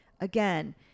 again